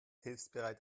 hilfsbereit